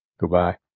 Goodbye